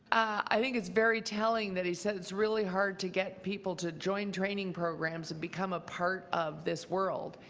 i think it's very telling that he said it's really hard to get people to join training praps and become a part of this world.